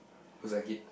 looks like it